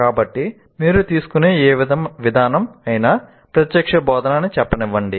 కాబట్టి మీరు తీసుకునే ఏ విధానం అయినా ప్రత్యక్ష బోధన అని చెప్పనివ్వండి